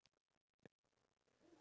okay what